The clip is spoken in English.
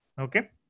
Okay